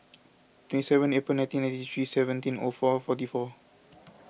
twenty seven April nineteen ninety three seventeen O four forty four